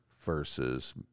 versus